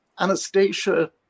Anastasia